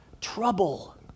trouble